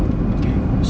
eh